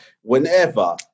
Whenever